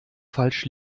falsch